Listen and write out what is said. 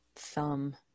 thumb